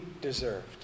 deserved